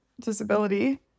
disability